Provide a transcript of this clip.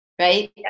right